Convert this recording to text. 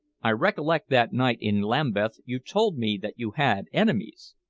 i recollect that night in lambeth you told me that you had enemies?